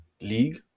league